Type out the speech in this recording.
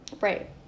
right